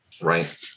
Right